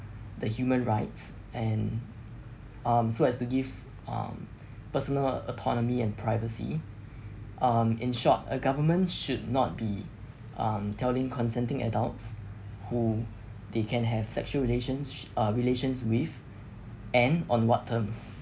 the human rights and um so as to give um personal autonomy and privacy um in short a government should not be um telling consenting adults who they can have sexual relations uh relations with and on what terms